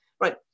Right